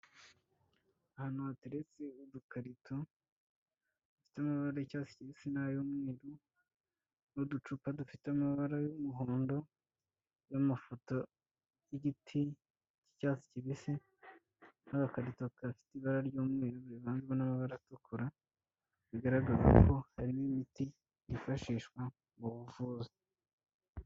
Ahantu hateretse udukarito dufite amabara y’icyatsi kibisi n'ay'umweru n'uducupa dufite amabara y'umuhondo n'amafoto y'igiti cy'icyatsi kibisi n’agakarito gafite ibara ry'umweru rivanze n'amabara atukura, bigaragara ko harimo imiti yifashishwa mu buvuzi.